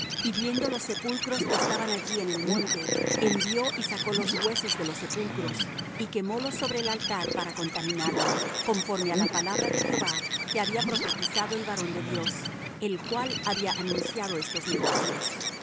y viendo los sepulcros que estaban allí en el monte envió y sacó los huesos de los sepulcros y quemólos sobre el altar para contaminarlo conforme á la palabra de jehová que había profetizado el varón de dios el cual había anunciado estos negocios